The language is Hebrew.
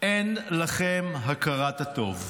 אין לכם הכרת הטוב.